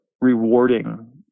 rewarding